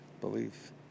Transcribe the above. belief